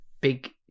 big